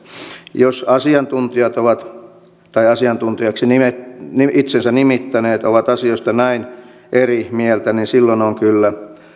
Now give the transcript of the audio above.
jos asiantuntijat tai asiantuntijaksi itsensä nimittäneet ovat asioista näin eri mieltä niin silloin on kyllä